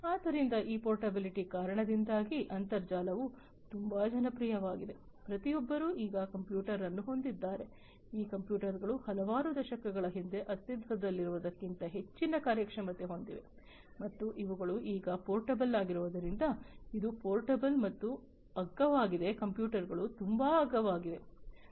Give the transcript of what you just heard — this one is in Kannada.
ಆದ್ದರಿಂದ ಈ ಪೋರ್ಟಬಿಲಿಟಿ ಕಾರಣದಿಂದಾಗಿ ಅಂತರ್ಜಾಲವು ತುಂಬಾ ಜನಪ್ರಿಯವಾಗಿದೆ ಪ್ರತಿಯೊಬ್ಬರೂ ಈಗ ಕಂಪ್ಯೂಟರ್ ಅನ್ನು ಹೊಂದಿದ್ದಾರೆ ಈ ಕಂಪ್ಯೂಟರ್ಗಳು ಹಲವಾರು ದಶಕಗಳ ಹಿಂದೆ ಅಸ್ತಿತ್ವದಲ್ಲಿರುವುದಕ್ಕಿಂತ ಹೆಚ್ಚಿನ ಕಾರ್ಯಕ್ಷಮತೆಯನ್ನು ಹೊಂದಿವೆ ಮತ್ತು ಇವುಗಳು ಈಗ ಪೋರ್ಟಬಲ್ ಆಗಿರುವುದರಿಂದ ಇದು ಪೋರ್ಟಬಲ್ ಮತ್ತು ಅಗ್ಗವಾಗಿದೆ ಕಂಪ್ಯೂಟರ್ಗಳು ತುಂಬಾ ಅಗ್ಗವಾಗಿವೆ